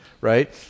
Right